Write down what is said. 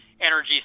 energy